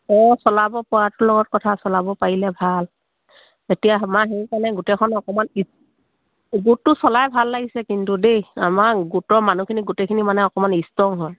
অঁ চলাব পোৱাটোৰ লগত কথা চলাব পাৰিলে ভাল এতিয়া আমাৰ সেইকাৰণে গোটেইখন অকণমান গোটটো চলাই ভাল লাগিছে কিন্তু দেই আমাৰ গোটৰ মানুহখিনি গোটেইখিনি মানে অকণমান ষ্ট্ৰং হয়